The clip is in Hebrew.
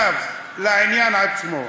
עכשיו לעניין עצמו.